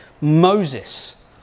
Moses